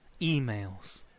emails